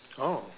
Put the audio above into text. oh